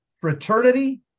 fraternity